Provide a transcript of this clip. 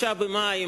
9 במאי,